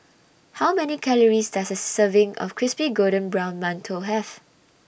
How Many Calories Does A Serving of Crispy Golden Brown mantou Have